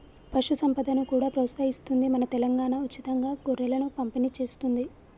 పశు సంపదను కూడా ప్రోత్సహిస్తుంది మన తెలంగాణా, ఉచితంగా గొర్రెలను పంపిణి చేస్తుంది